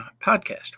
podcast